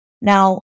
Now